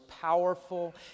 powerful